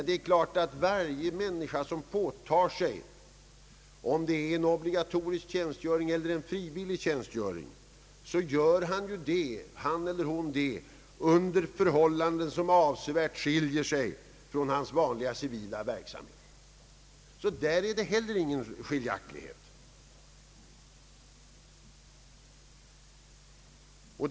Det är klart att om en människa åtar sig obligatorisk eller frivillig militärtjänstgöring, så fullgör hon denna under förhållanden som avsevärt skiljer sig från vederbörandes vanliga civila verksamhet. Inte heller på den punkten föreligger någon skillnad mellan värnpliktiga och dem som åtar sig frivillig tjänstgöring.